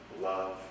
love